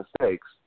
mistakes